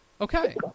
Okay